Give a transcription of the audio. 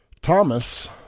Thomas